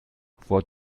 vor